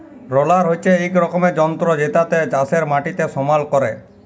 roller হচ্যে এক রকমের যন্ত্র জেতাতে চাষের মাটিকে সমাল ক্যরে